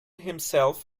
himself